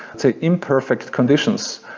say imperfect conditions,